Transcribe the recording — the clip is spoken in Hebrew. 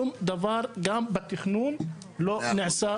שום דבר גם בתכנון לא נעשה שם.